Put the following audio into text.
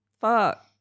fuck